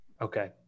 Okay